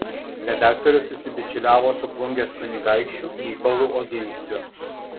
redaktorius susibičiuliavo su plungės kunigaikščiu mykolu oginskiu